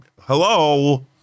Hello